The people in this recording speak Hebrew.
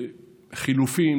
חילופים,